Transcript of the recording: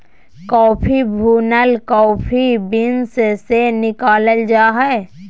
coffee भुनल coffee beans से निकालल जा हइ